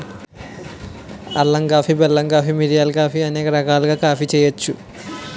అల్లం కాఫీ బెల్లం కాఫీ మిరియాల కాఫీ అనేక రకాలుగా కాఫీ చేయొచ్చు